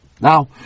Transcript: Now